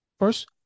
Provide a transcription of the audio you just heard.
First